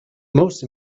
most